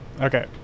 Okay